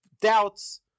doubts